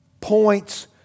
points